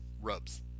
rubs